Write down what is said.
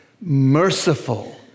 merciful